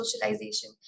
socialization